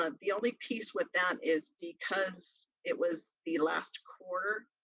ah the only piece with that is because it was the last quarter,